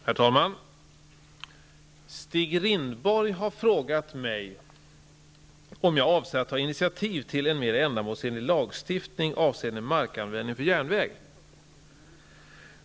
Herr talman! Stig Rindborg har frågat mig om jag avser att ta initiativ till en mer ändamålsenlig lagstiftning avseende markanvändning för järnväg.